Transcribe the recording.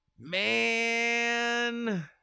man